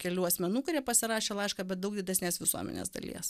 kelių asmenų kurie pasirašė laišką bet daug didesnės visuomenės dalies